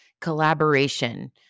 collaboration